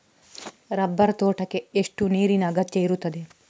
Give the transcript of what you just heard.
Rubber ತೋಟಕ್ಕೆ ಎಷ್ಟು ನೀರಿನ ಅಗತ್ಯ ಇರುತ್ತದೆ?